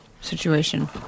situation